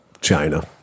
China